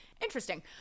Interesting